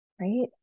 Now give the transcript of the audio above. right